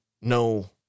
no